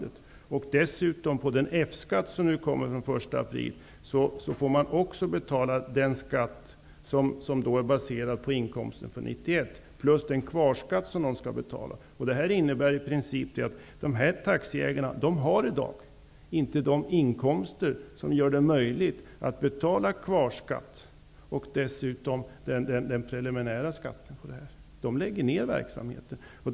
Därtill kommer att taxiägarna när det gäller den F skatt som de skall börja betala den 1 april måste betala skatt som är baserad på inkomster under 1991, plus kvarskatt. Det innebär i princip att de här taxiägarna i dag inte har de inkomster som gör det möjligt att betala kvarskatt och preliminär skatt. De lägger ned verksamheten.